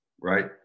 right